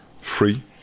free